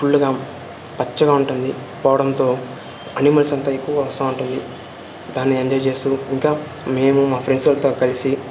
ఫుల్లుగా పచ్చగా ఉంటుంది పోవడంతో అనిమల్స్ అంతా ఎక్కువు వస్తూ ఉంటుంది దాన్ని ఎంజాయ్ చేస్తూ ఇంకా మేము మా ఫ్రెండ్స్లతో కలిసి